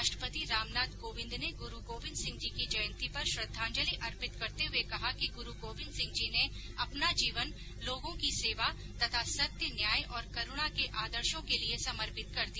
राष्ट्रपति रामनाथ कोविन्द ने गुरू गोबिन्द सिंह जी की जयंती पर श्रद्धांजलि अर्पित करते हुए कहा कि गुरू गोबिन्द सिंह जी ने अपना जीवन लोगों की सेवा तथा सत्य न्याय और करूणा के आदर्शो के लिए समर्पित कर दिया